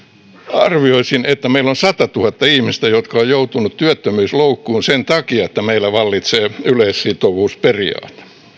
arvioisin että meillä on satatuhatta ihmistä jotka ovat joutuneet työttömyysloukkuun sen takia että meillä vallitsee yleissitovuusperiaate